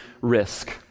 risk